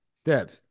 Steps